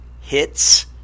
Hits